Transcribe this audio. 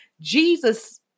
Jesus